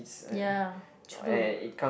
ya true